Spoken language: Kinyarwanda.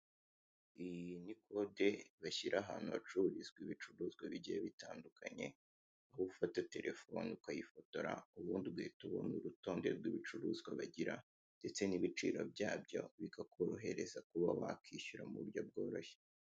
Iyi ni kode bashyira ahantu hacururizwa ibicuruzwa bigiye bitandukanye, aho ufata telefone ukayifotora ubundi ugahita ubona urutonde rw'ibicuruzwa bagira ndetse n'ibiciro byabyo bikakorohereza kuba wakishyura mu buryo bworoshye.